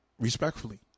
respectfully